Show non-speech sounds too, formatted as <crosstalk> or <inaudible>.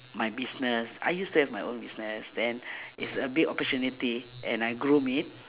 my business I used to have my own business then <breath> it's a big opportunity and I groom it